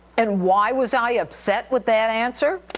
and why was i upset with that answer?